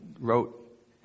wrote